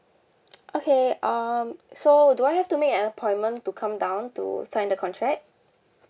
okay um so do I have to make an appointment to come down to sign the contract